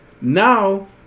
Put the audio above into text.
Now